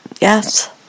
Yes